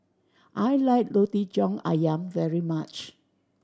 I like Roti John Ayam very much